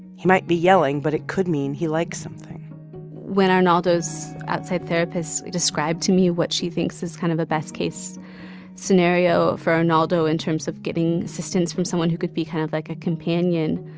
he might be yelling, but it could mean he likes something when arnaldo's outside therapist described to me what she thinks is kind of a best-case scenario for arnaldo in terms of getting assistance from someone who could be kind of like a companion,